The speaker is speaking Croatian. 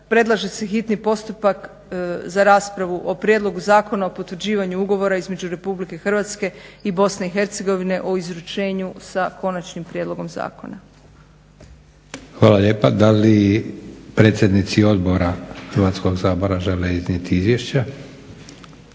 predlaže se hitni postupak za raspravu o prijedlogu zakona o potvrđivanju ugovora između RH i BIH o izručenju sa konačnim prijedlogom zakona. **Leko, Josip (SDP)** Hvala lijepo. Da li predsjednici odbora Hrvatskog sabora žele iznijeti izvješće?